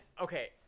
okay